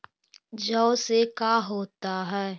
जौ से का होता है?